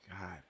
God